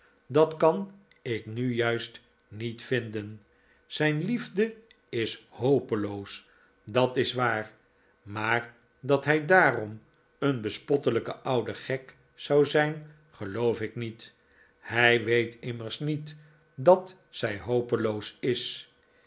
dat kan ik nu juist niet vinden zijn liefde is hopeloos dat is waar maar dat hij daarom een bespottelijke oude gek zou zijn geloof ik niet hij weet immers niet dat zij hopeloos is